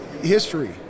history